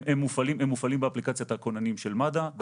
הם מופעלים באפליקציית הכוננים של מד"א.